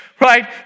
right